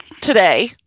today